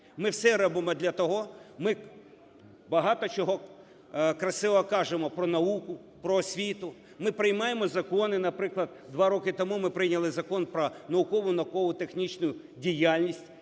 Ми все робимо для того, ми багато чого красивого кажемо про науку, про освіту, ми приймаємо закони. Наприклад, 2 роки тому ми прийняли Закону "Про наукову і науково-технічну діяльність",